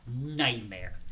nightmare